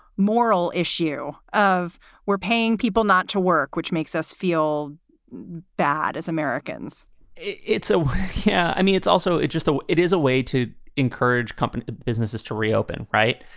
moral issue of where paying people not to work, which makes us feel bad as americans it's so yeah i mean, it's also it just that it is a way to encourage company businesses to reopen. right.